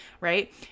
right